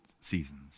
seasons